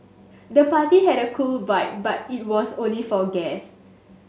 the party had a cool vibe but it was only for guest